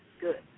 good